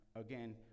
again